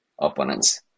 Opponents